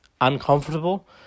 uncomfortable